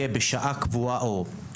היו טעויות לאורך הדרך ושנינו צריכים להכיר בזה.